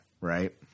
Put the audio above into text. right